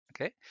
Okay